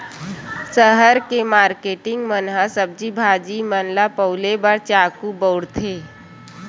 सहर के मारकेटिंग मन ह सब्जी भाजी मन ल पउले बर चाकू बउरथे